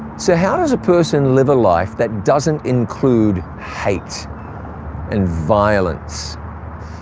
so how does a person live a life that doesn't include hate and violence?